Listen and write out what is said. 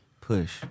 Push